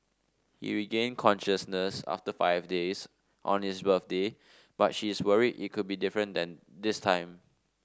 he regained consciousness after five days on his birthday but she is worried it could be different then this time